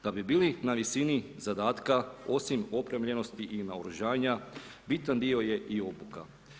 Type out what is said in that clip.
Da bi bili na visini zadatka osim opremljenosti i naoružanja, bitan dio je i obuka.